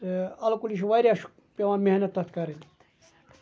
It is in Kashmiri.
اَلہٕ کُلِس چھِ واریاہ پیٚوان محنَت تَتھ کَرٕنۍ